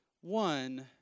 one